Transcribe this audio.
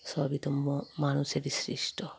সবই তো মো মানুষেরই সৃষ্ট